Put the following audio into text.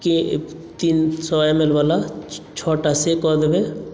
कि तीन सए एम एल वाला छओ टा से कऽ देबै